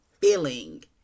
feeling